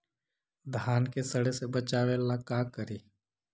धान के सड़े से बचाबे ला का करि?